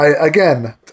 Again